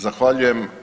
Zahvaljujem.